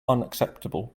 unacceptable